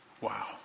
Wow